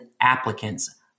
applicants